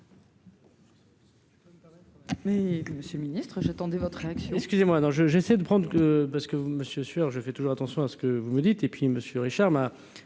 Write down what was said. Merci,